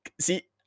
See